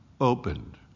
opened